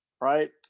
right